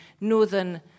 northern